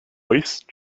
voice